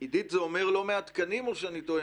עידית, זה אומר לא מעט תקנים או שאני טועה?